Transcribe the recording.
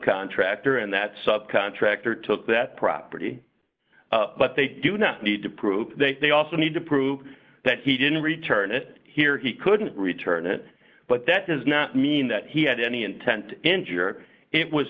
contractor and that subcontractor took that property but they do not need to prove they also need to prove that he didn't return it here he couldn't return it but that does not mean that he had any intent to injure it was